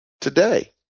today